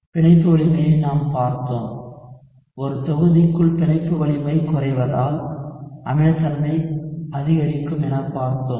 பிணைப்பு வலிமையையும் நாம் பார்த்தோம் ஒரு தொகுதிக்குள் பிணைப்பு வலிமை குறைவதால் அமிலத்தன்மை அதிகரிக்கும் எனப் பார்த்தோம்